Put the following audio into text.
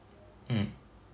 mm